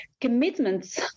Commitments